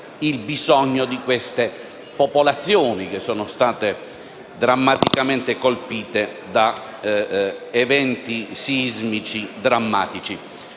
i bisogni di queste popolazioni, che sono state pesantemente colpite da eventi sismici drammatici.